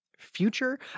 future